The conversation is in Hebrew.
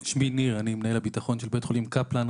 אני מנהל הביטחון של בית חולים קפלן.